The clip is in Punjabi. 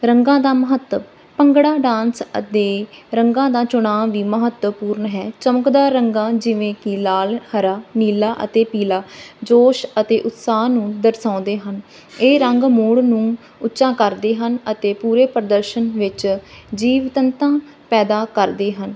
ਰੰਗਾਂ ਦਾ ਮਹੱਤਵ ਭੰਗੜਾ ਡਾਂਸ ਅਤੇ ਰੰਗਾਂ ਦਾ ਚੁਣਾਵ ਵੀ ਮਹੱਤਵਪੂਰਨ ਹੈ ਚਮਕਦਾਰ ਰੰਗਾਂ ਜਿਵੇਂ ਕਿ ਲਾਲ ਹਰਾ ਨੀਲਾ ਅਤੇ ਪੀਲਾ ਜੋਸ਼ ਅਤੇ ਉਤਸਾਹ ਨੂੰ ਦਰਸਾਉਂਦੇ ਹਨ ਇਹ ਰੰਗ ਮੂੜ ਨੂੰ ਉੱਚਾ ਕਰਦੇ ਹਨ ਅਤੇ ਪੂਰੇ ਪ੍ਰਦਰਸ਼ਨ ਵਿਚ ਜੀਵੰਤਤਾ ਪੈਦਾ ਕਰਦੇ ਹਨ